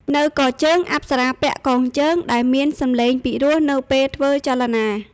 នៅកជើង អប្សរាពាក់ "កងជើង" ដែលមានសម្លេងពិរោះនៅពេលធ្វើចលនា។